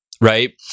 right